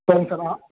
சரிங்க சார் நான்